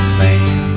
man